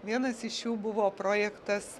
vienas iš jų buvo projektas